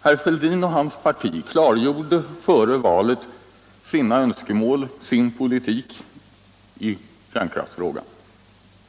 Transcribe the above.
Herr Fälldin och hans parti klargjorde före valet sina önskemål, sin politik i kärnkraftsfrågan,